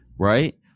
Right